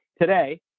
Today